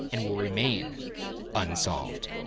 and will remain unsolved.